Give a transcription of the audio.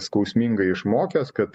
skausmingai išmokęs kad